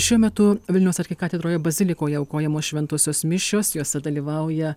šiuo metu vilniaus arkikatedroje bazilikoje aukojamos šventosios mišios jose dalyvauja